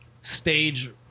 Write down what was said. stage